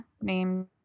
named